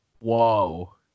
Whoa